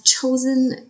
chosen